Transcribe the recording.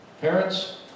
Parents